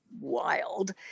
wild